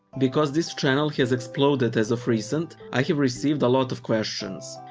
because this channel has exploded as of recent, i have received a lot of questions.